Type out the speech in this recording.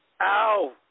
Ow